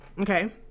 Okay